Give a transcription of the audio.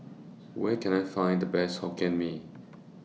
Where Can I Find The Best Fried Hokkien Mee